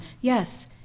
Yes